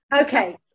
Okay